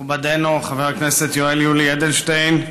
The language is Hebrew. מכובדנו חבר הכנסת יולי יואל אדלשטיין,